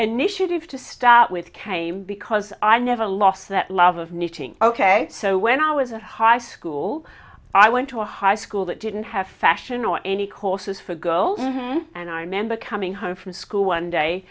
five to start with came because i never lost that love of knitting ok so when i was a high school i went to a high school that didn't have fashion or any courses for girls and i remember coming home from school one day